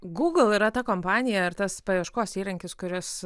gūgl yra ta kompanija ir tas paieškos įrankis kuris